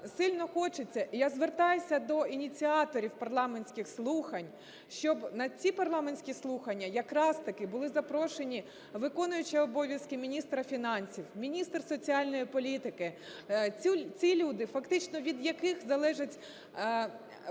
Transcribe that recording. сильно хочеться, і я звертаюся до ініціаторів парламентських слухань, щоб на ці парламентські слухання якраз-таки були запрошені виконуючі обов'язки міністра фінансів, міністр соціальної політики. Ці люди, фактично від яких залежить політика